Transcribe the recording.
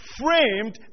framed